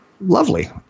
Lovely